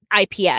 IPS